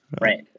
right